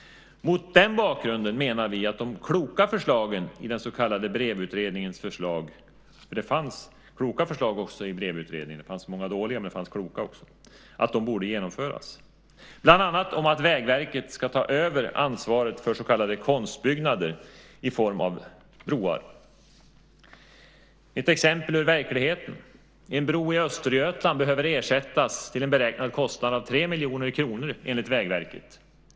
Mot den bakgrunden menar vi att de kloka förslagen i den så kallade Brevutredningen, det fanns många dåliga förslag i Brevutredningen men det fanns kloka också, borde genomföras. Det handlar bland annat om att Vägverket ska ta över ansvaret för så kallade konstbyggnader i form av broar. Jag har ett exempel ur verkligheten. En bro i Östergötland behöver ersättas till en beräknad kostnad av tre miljoner kronor enligt Vägverket.